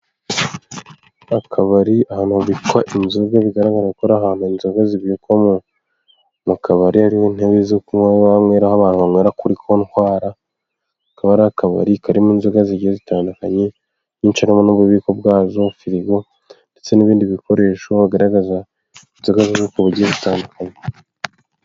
Akabari ahantu habikwa inzoga bigaragara ko ari ahantu inzoga zibikwa, mu kabari ari intebe zo kunywaraho banyra aho abantu bamara kuri kontwara akaba ari akabari karimo inzoga zigiye zitandukanye, cyangwa n'ububiko bwazo, firigo ndetse n'ibindi bikoresho bagaragaza inzoga zo kugi butandukanye.